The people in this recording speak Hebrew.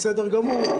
בסדר גמור,